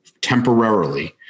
temporarily